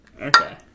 Okay